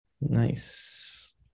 Nice